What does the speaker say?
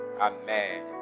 Amen